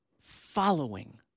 following